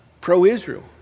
Pro-Israel